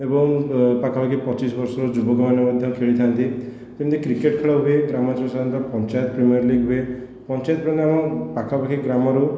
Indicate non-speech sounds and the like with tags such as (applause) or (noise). ଏବଂ ପାଖାପାଖି ପଚିଶି ବର୍ଷର ଯୁବକମାନେ ମଧ୍ୟ ଖେଳିଥାନ୍ତି ଯେମିତି କ୍ରିକେଟ ଖେଳ ହୁଏ ଗ୍ରାମାଞ୍ଚଳରେ ପଞ୍ଚାୟତ ପ୍ରିମିଅର ଲିଗ ହୁଏ ପଞ୍ଚାୟତ (unintelligible) ରେ ପାଖାପାଖି ଗ୍ରାମରୁ